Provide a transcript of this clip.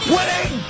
Winning